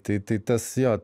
tai tai tas jo